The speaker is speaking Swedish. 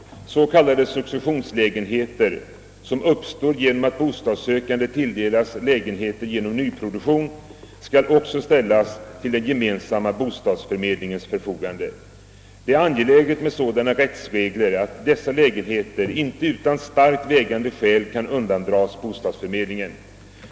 Så kallade successionslägenheter, som uppstår genom att bostadssökande tilldelas lägenheter genom nyproduktion, skall också ställas till den gemensamma bostadsförmedlingens förfogande. Det är angeläget med sådana rättsregler att dessa lägenheter inte utan starkt vägande skäl kan undandras bostadsförmedlingen.